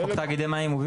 חוק תאגידי מים.